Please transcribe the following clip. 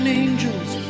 angels